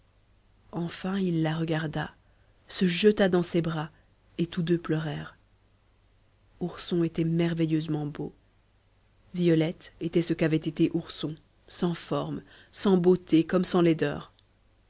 enfin il la regarda se jeta dans ses bras et tous deux pleurèrent ourson était merveilleusement beau violette était ce qu'avait été ourson sans forme sans beauté comme sans laideur